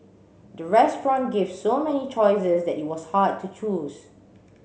the restaurant gave so many choices that it was hard to choose